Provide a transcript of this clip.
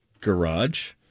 garage